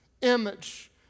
image